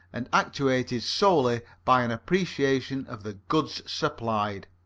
and actuated solely by an appreciation of the goods supplied.